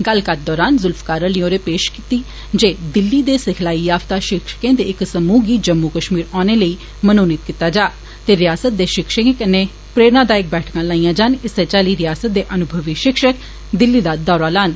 गल्लकत्थ दरान जुल्फकार होरें पेशकश कीती जे दिल्ली दे सिखलाई याफ्ता शिक्षकें दे इक समूह गी जम्मू कश्मीर औने लेई मनोमीत कीता जा ते रिआसता दे शिक्षकें कन्नै प्रेरणादायक बैठकां लाइयां जान इस्सै चाल्ली रिआसता दे अनुभवी शिक्षक दिल्ली दा दौरा लान